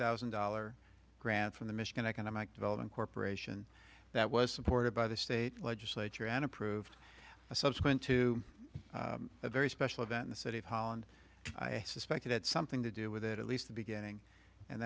thousand dollar grant from the michigan economic development corporation that was supported by the state legislature and approved a subsequent to a very special event in the city hall and i suspect that something to do with it at least the beginning and